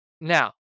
Now